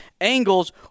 angles